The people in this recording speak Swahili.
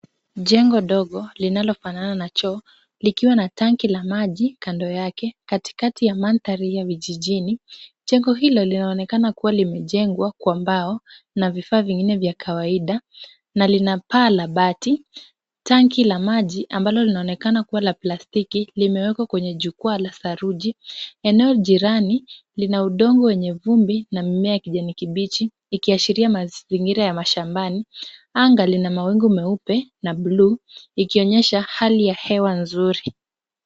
Jengo dogo linalofanana na choo likiwa na tanki la maji kando yake, katikati ya mandhari ya vijijini, jengo hilo linaonekana kuwa limejengwa kwa mbao na vifaa vingine vya kawaida na lina paa la bati, tanki la maji ambalo linaonekana kuwa la plastiki limewekwa kwenye jukwaa la saruji. Eneo jirani lina udongo wenye vumbi na mimea ya kijani kibichi ikiashiria mazingira ya mashambani. Anga lina mawingu meupe na bluu, ikionyesha hali ya hewa nzuri.